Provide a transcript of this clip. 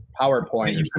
powerpoint